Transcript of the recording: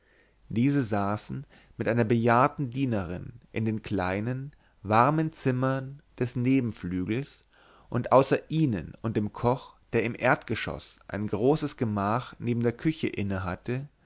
diese saßen mit einer bejahrten dienerin in den kleinen warmen zimmern des nebenflügels und außer ihnen und dem koch der im erdgeschoß ein großes gemach neben der küche